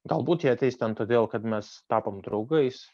galbūt jie ateis ten todėl kad mes tapom draugais